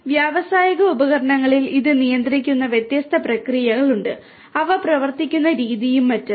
അതിനാൽ വ്യാവസായിക ഉപകരണങ്ങളിൽ ഇത് നിയന്ത്രിക്കുന്ന വ്യത്യസ്ത പ്രക്രിയകളുണ്ട് അവ പ്രവർത്തിക്കുന്ന രീതിയും മറ്റും